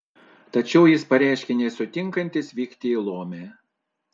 tačiau jis pareiškė nesutinkantis vykti į lomę